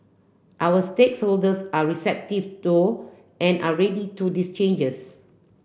our stakes holders are receptive to and are ready for this changes